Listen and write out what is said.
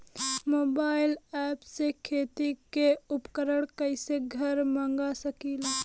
Mobile ऐपसे खेती के उपकरण कइसे घर मगा सकीला?